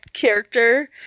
character